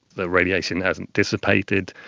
the radiation hasn't dissipated.